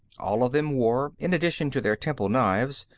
all of them wore, in addition to their temple knives,